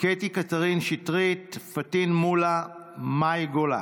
קטי קטרין שטרית, פטין מולא ומאי גולן,